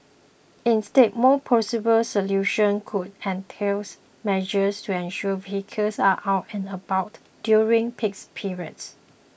instead more plausible solutions could entails measures to ensure vehicles are out and about during peaks periods